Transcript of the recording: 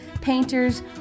painters